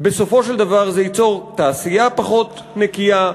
בסופו של דבר זה ייצור תעשייה פחות נקייה,